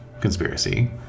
conspiracy